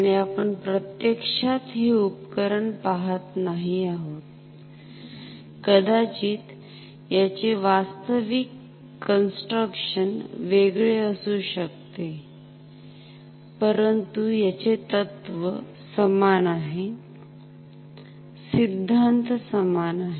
आणि आपण प्रत्यक्षात हे उपकरण पाहत नाही आहोत कदाचित याचे वास्तविक कंस्ट्रक्शन वेगळे असु शकते परंतु याचे तत्व समान आहेसिद्धांत समान आहे